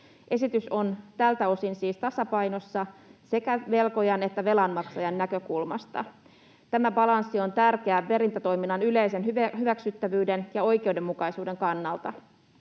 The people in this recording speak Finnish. Esitys on tältä osin siis tasapainossa sekä velkojan että velanmaksajan näkökulmasta. Tämä balanssi on tärkeä perintätoiminnan yleisen hyväksyttävyyden ja oikeudenmukaisuuden kannalta.